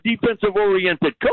defensive-oriented